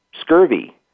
scurvy